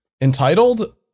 entitled